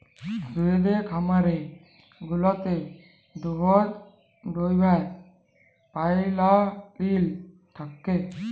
দুহুদের খামার গুলাতে দুহুদ দহাবার পাইপলাইল থ্যাকে